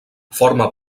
forma